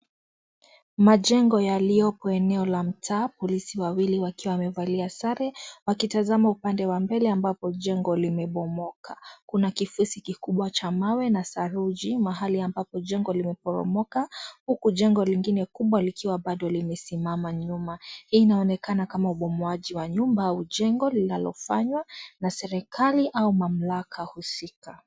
Majengo yaliopo eneo la mtaa polisi wawili wakiwa wamevalia sare wakitazama upande wa mbele ambapo jengo limebomoka. Kuna kifusi kikubwa cha mawe na saruji mahali ambapo jengo limeporomoka huku jengo lingine kubwa likiwa bado limesimama nyuma. Hii inaonekana kama ubomoaji wa nyumba au jengo linalofanywa na serikali au mamlaka husika.